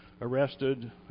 arrested